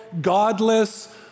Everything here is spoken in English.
godless